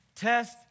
Test